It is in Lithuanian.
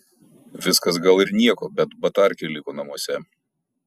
viskas gal ir nieko bet batarkė liko namuose